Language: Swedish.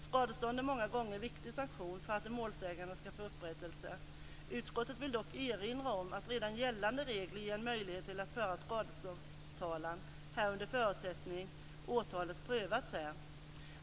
Skadestånd är många gånger en viktig sanktion för att en målsägande skall få upprättelse. Utskottet vill dock erinra om att redan gällande regler ger en möjlighet att föra skadeståndstalan här under förutsättning att åtalet prövats här.